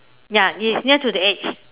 ya it is near to the edge